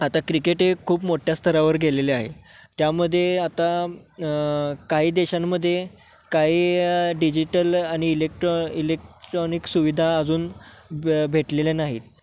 आता क्रिकेट हे खूप मोठ्या स्तरावर गेलेले आहे त्यामध्ये आता काही देशांमध्ये काही डिजिटल आणि इलेक्ट्रॉ इलेक्ट्रॉनिक सुविधा अजून ब भेटलेल्या नाहीत